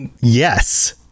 Yes